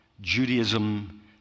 Judaism